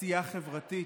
עשייה חברתית.